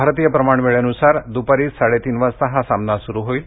भारतीय प्रमाणवेळेनुसार दुपारी साडेतीन वाजता हा सामना सुरू होईल